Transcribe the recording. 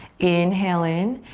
inhale in.